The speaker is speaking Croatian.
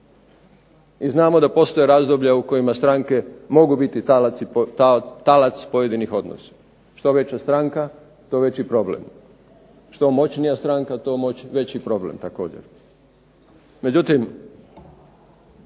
I znamo da postoje razdoblja u kojima stranke mogu biti talac pojedinih odnosa. Što veća stranka to veći problem, što moćnija stranka to veći problem